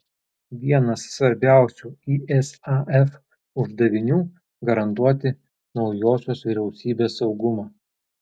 vienas svarbiausių isaf uždavinių garantuoti naujosios vyriausybės saugumą